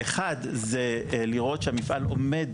אחד זה לראות שהמפעל עומד